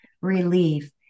relief